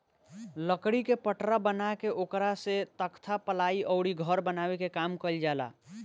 लकड़ी के पटरा बना के ओकरा से तख्ता, पालाइ अउरी घर बनावे के काम कईल जाला